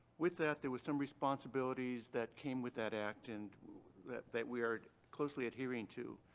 with that there were some responsibilities that came with that act and that that we are closely adhering to.